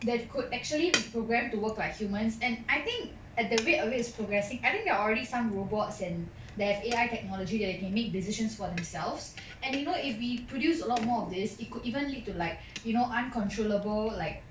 that could actually be programmed to work like humans and I think at the rate of it is progressing I think there are already some robots and they have A_I technology that you can make decisions for themselves and you know if we produce a lot more of this it could even lead to like you know uncontrollable like